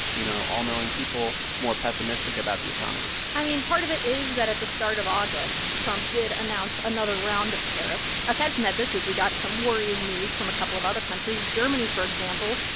you know, all-knowing people more pessimistic about the economy? i mean, part of it is that at the start of august, trump did announce another round of tariffs. aside from that, this week, we got some worrying news from a couple of other countries. germany, for example,